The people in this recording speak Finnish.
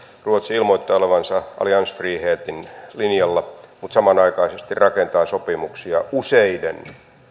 ruotsi ilmoittaa olevansa alliansfrihetin linjalla mutta samanaikaisesti rakentaa sopimuksia useiden